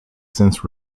since